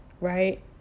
right